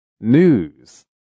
news